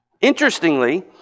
Interestingly